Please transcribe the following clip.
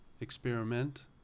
experiment